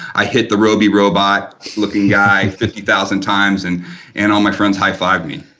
i hit the roobie robot looking guy fifty thousand times and and all my friends high fived me.